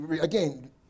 again